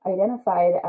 identified